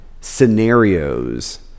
scenarios